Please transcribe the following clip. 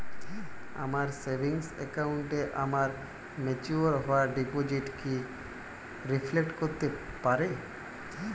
আমার সেভিংস অ্যাকাউন্টে আমার ম্যাচিওর হওয়া ডিপোজিট কি রিফ্লেক্ট করতে পারে?